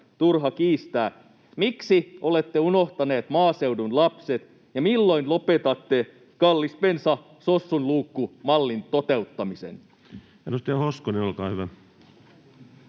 turha kiistää. Miksi olette unohtaneet maaseudun lapset ja milloin lopetatte ”kallis bensa, sossun luukku” ‑mallin toteuttamisen? Edustaja Hoskonen, olkaa hyvä.